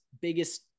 biggest